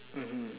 mmhmm